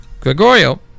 Gregorio